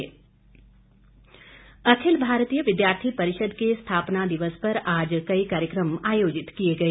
ABVP Akhil Bharatiya Vidyarthi Parishad के स्थापना दिवस पर आज कई कार्यकम आयोजित किए गए